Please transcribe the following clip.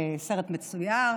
סרט מצויר.